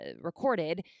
recorded